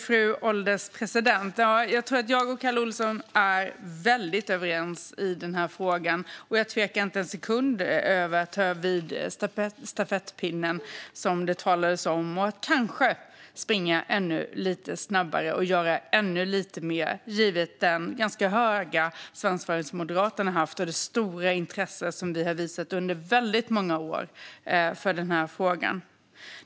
Fru ålderspresident! Jag tror att jag och Kalle Olsson är väldigt överens i denna fråga. Jag tvekar inte en sekund att ta över stafettpinnen, som det talades om, och kanske springa ännu lite snabbare och göra ännu lite mer, givet den ganska höga svansföring som Moderaterna har haft och det stora intresse som vi under många år har visat för denna fråga.